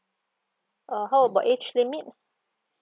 uh how about age limit